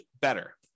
better